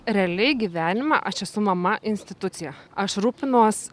realiai gyvenimą aš esu mama institucija aš rūpinuos